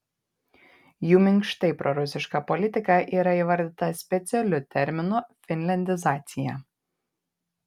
jų minkštai prorusiška politika yra įvardyta specialiu terminu finliandizacija